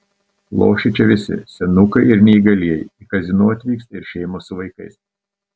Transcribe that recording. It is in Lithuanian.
lošia čia visi senukai ir neįgalieji į kazino atvyksta ir šeimos su vaikais